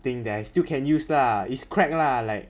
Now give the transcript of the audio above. heng that I still can use lah is cracked lah like